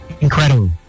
Incredible